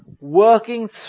working